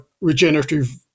regenerative